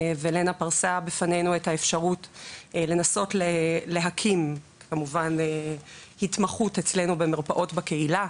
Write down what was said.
ולנה פרסה בפנינו את האפשרות לנסות להקים התמחות אצלנו במרפאות בקהילה.